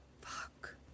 Fuck